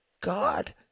god